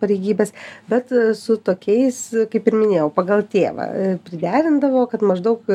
pareigybes bet su tokiais kaip ir minėjau pagal tėvą priderindavo kad maždaug